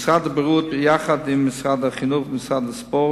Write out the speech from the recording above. משרד הבריאות, יחד עם משרד החינוך ומשרד הספורט,